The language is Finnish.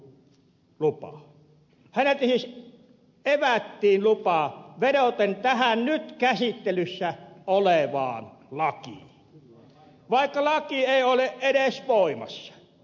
häneltä siis evättiin lupa vedoten tähän nyt käsittelyssä olevaan lakiin vaikka laki ei ole edes voimassa